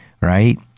right